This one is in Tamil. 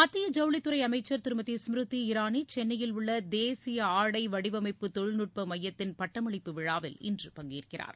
மத்திய ஜவுளித்துறை அமைச்சர் திருமதி ஸ்மிருதி இராணி சென்னையில் உள்ள தேசிய ஆடை வடிவமைப்பு தொழில்நுட்ப மையத்தின் பட்டமளிப்பு விழாவில் இன்று பங்கேற்கிறார்